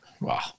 Wow